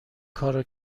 کارو